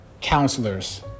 counselors